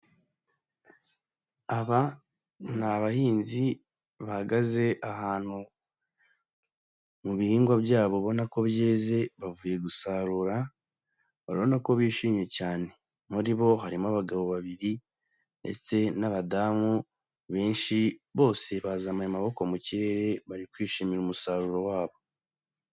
Aba ni abahinzi bahagaze ahantu mu bihingwa byabo ubona ko byeze bavuye gusarura babona ko bishimye cyane muri bo harimo abagabo babiri ndetse n'abadamu benshi bose bazazmuye amaboko mu kirere bari kwishimira umusaruro wabo.